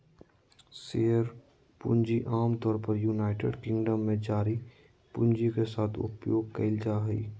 share पूंजी आमतौर पर यूनाइटेड किंगडम में जारी पूंजी के साथ उपयोग कइल जाय हइ